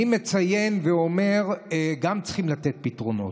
אני מציין ואומר שגם צריכים לתת פתרונות.